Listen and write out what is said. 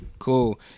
Cool